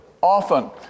often